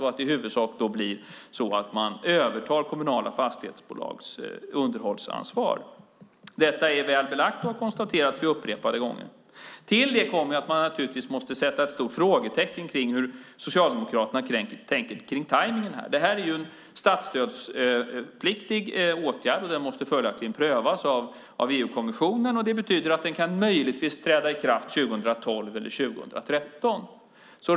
Det blir i huvudsak så att man övertar kommunala fastighetsbolags underhållsansvar. Detta har konstaterats vid upprepade gånger. Till det kommer att vi måste sätta ett stort frågetecken för hur Socialdemokraterna tänker om tajmningen. Detta är en statsstödspliktig åtgärd. Den måste följaktligen prövas av EU-kommissionen. Det betyder att den möjligtvis kan träda i kraft 2012 eller 2013.